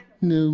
No